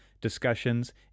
discussions